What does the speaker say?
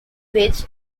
which